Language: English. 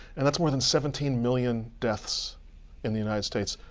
and that's more than seventeen million deaths in the united states,